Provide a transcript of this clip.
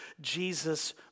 Jesus